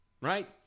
Right